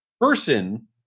Person